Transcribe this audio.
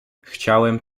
chciałem